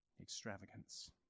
Extravagance